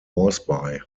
moresby